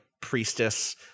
priestess